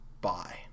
Bye